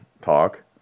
talk